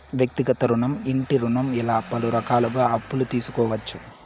వ్యక్తిగత రుణం ఇంటి రుణం ఇలా పలు రకాలుగా అప్పులు తీసుకోవచ్చు